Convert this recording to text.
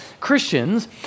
Christians